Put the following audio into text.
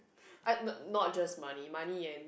uh not not just money money and